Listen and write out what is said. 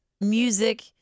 Music